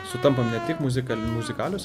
sutampa ne tik muzikali muzikalios